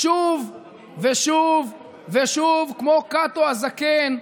שוב ושוב ושוב, כמו קאטו הזקן,